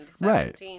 Right